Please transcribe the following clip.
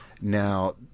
Now